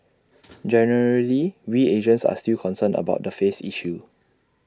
generally we Asians are still concerned about the face issue